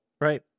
Right